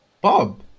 Bob